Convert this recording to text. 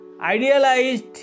idealized